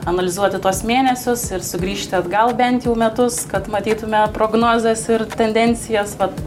analizuoti tuos mėnesius ir sugrįžti atgal bent jau metus kad matytume prognozes ir tendencijas vat